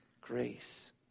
Grace